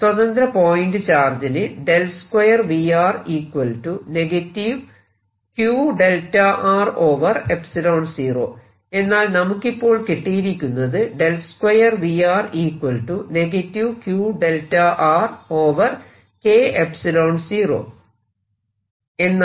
സ്വതന്ത്ര പോയിന്റ് ചാർജിന് എന്നാൽ നമുക്ക് ഇപ്പോൾ കിട്ടിയിരിക്കുന്നത് എന്നാണ്